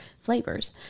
flavors